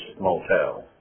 motel